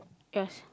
yours